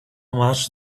much